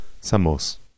Samos